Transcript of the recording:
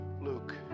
Luke